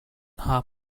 half